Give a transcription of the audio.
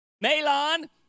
Melon